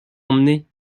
emmener